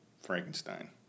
Frankenstein